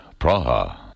Praha